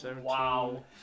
Wow